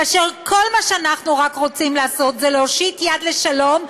כאשר כל מה שאנחנו רק רוצים לעשות זה להושיט יד לשלום,